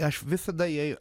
aš visada jai